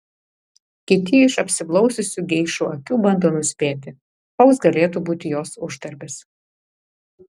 kiti iš apsiblaususių geišų akių bando nuspėti koks galėtų būti jos uždarbis